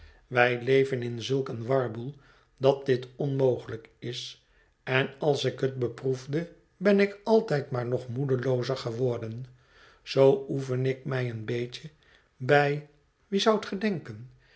wij leven in zulk een warboel dat dit onmogelijk is en als ik het beproefde ben ik altijd maar nog moedeloozer geworden zoo oefen ik mij een beetje bij wie zoudt